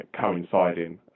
coinciding